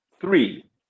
three